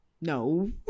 no